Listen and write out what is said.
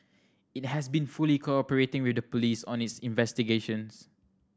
it has been fully cooperating with the police on its investigations